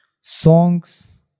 Songs